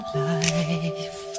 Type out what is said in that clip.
life